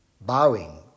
bowing